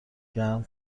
گرم